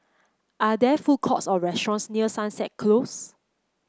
are there food courts or restaurants near Sunset Close